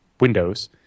Windows